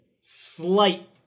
slight